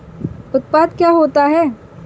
उत्पाद क्या होता है?